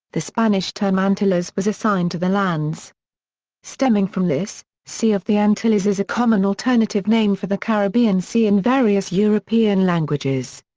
the spanish term antillas was assigned to the lands stemming from this, sea of the antilles is a common alternative name for the caribbean sea in various european languages.